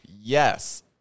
yes